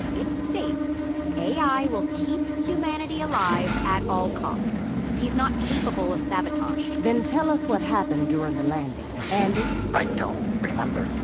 it states a i. will keep humanity alive at all costs. he's not capable of sabotage then tell us what happened during the landing. andi? i don't remember.